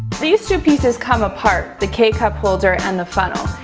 these two pieces come apart, the k-cup holder and the funnel.